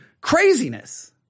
craziness